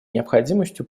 необходимостью